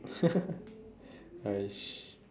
!hais!